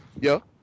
yo